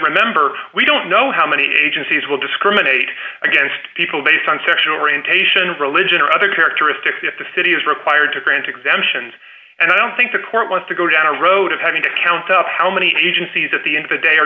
remember we don't know how many agencies will discriminate against people based on sexual orientation of religion or other characteristics if it is required to grant exemptions and i don't think the court wants to go down a road of having to count up how many agencies at the end of the day are